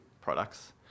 products